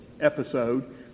episode